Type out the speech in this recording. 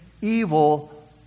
evil